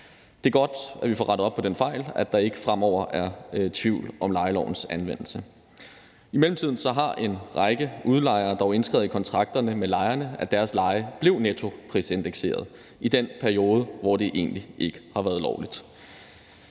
Det er godt, at vi får rettet op på den fejl, så der ikke fremover er tvivl om lejelovens anvendelse. I mellemtiden har en række udlejere dog indskrevet i kontrakterne med lejerne, at deres leje blev nettoprisindekseret i den periode, hvor det egentlig ikke har været lovligt.